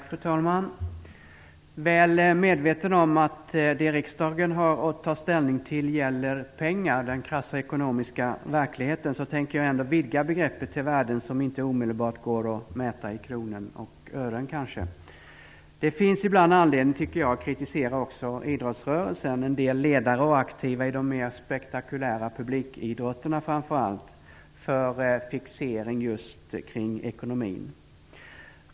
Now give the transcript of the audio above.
Fru talman! Väl medveten om att det riksdagen har att ta ställning till gäller pengar - den krassa ekonomiska verkligheten - tänker jag ändå vidga begreppet till värden som kanske inte omedelbart går att mäta i kronor och ören. Det finns ibland anledning, tycker jag, att kritisera också idrottsrörelsen, en del ledare och aktiva i de mer spektakulära publikidrotterna framför allt, för fixering just kring ekonomin.